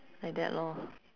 like that lor